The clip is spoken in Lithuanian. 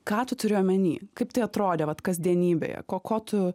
ką tu turi omeny kaip tai atrodė vat kasdienybėje ko ko tu